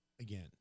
again